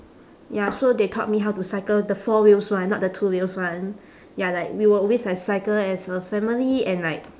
ya so they taught me how to cycle the four wheels one not the two wheels one ya like we will always like cycle as a family and like